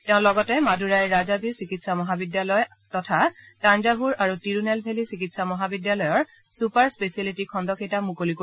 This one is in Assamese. তেওঁ লগতে মাডুৰাইৰ ৰাজাজী চিকিৎসা মহাবিদ্যালয় তথা তাঞ্জাভুৰ আৰু তিৰুনেলভেলী চিকিৎসা মহাবিদ্যালয়ৰ ছুপাৰ স্পেচিয়েলিটী খণ্ডকেইটা মুকলি কৰিব